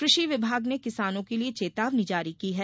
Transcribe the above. कृषि विभाग ने किसानों के लिए चेतावनी जारी की है